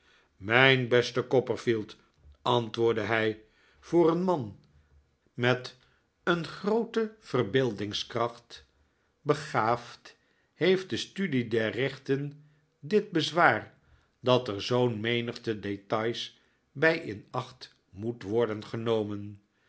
mijn beste copperfield antwoordde hij voor een man met een groote verbeeldingskracht begaafd heeft de studie der rechten dit bezwaar dat er zoo'n menigte details bij in acht moet worden genomen